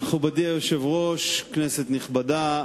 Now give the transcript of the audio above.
מכובדי היושב-ראש, כנסת נכבדה,